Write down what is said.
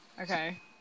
Okay